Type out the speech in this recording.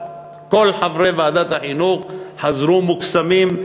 כל חברי ועדת החינוך חזרו מוקסמים,